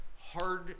hard